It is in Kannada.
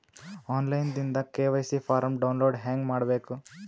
ಆನ್ ಲೈನ್ ದಿಂದ ಕೆ.ವೈ.ಸಿ ಫಾರಂ ಡೌನ್ಲೋಡ್ ಹೇಂಗ ಮಾಡಬೇಕು?